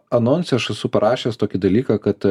anonse aš esu parašęs tokį dalyką kad